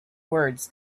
words